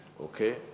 Okay